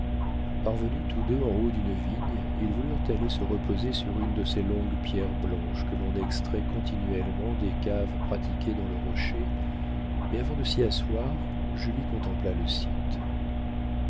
parvenus tous deux en haut d'une vigne ils voulurent aller se reposer sur une de ces longues pierres blanches que l'on extrait continuellement des caves pratiquées dans le rocher mais avant de s'y asseoir julie contempla le